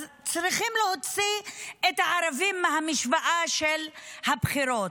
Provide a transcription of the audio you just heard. אז צריכים להוציא את הערבים מהמשוואה של הבחירות.